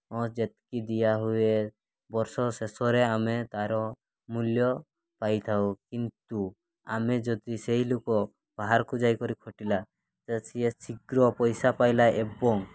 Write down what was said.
ଯେତିକି ଦିଆହୁଏ ବର୍ଷ ଶେଷରେ ଆମେ ତା'ର ମୂଲ୍ୟ ପାଇଥାଉ କିନ୍ତୁ ଆମେ ଯଦି ସେହି ଲୋକ ବାହାରକୁ ଯାଇକରି ଖଟିଲା ତ ସେ ଶୀଘ୍ର ପଇସା ପାଇଲା ଏବଂ